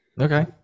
Okay